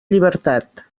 llibertat